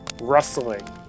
rustling